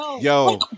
Yo